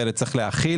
שיהיה.